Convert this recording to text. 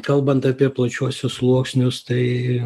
kalbant apie plačiuosius sluoksnius tai